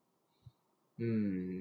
mm